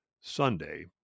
sunday